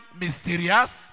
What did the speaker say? mysterious